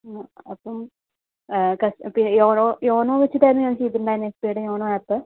അപ്പം പിന്നെ YONO YONO വച്ചിട്ടായിരുന്നു ഞാൻ ചെയ്തിട്ടുണ്ടായിരുന്നത് എസ് ബി ഐയുടെ യോനോ ആപ്പ്